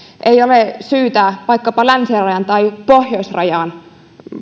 ei ole syytä vaikkapa länsirajan tai pohjoisrajan